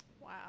Wow